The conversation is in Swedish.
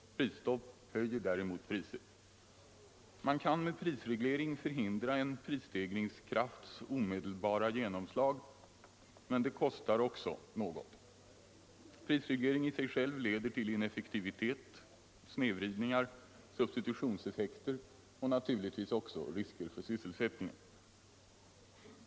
Prisstopp höjer däremot priser. Man kan med prisreglering förhindra en prisstegringskrafts omedelbara genomslag, men det kostar också något. Prisreglering i sig själv leder till ineffektivitet, snedvridningar, substitutionseffekter och naturligtvis också risker för sysselsättningen.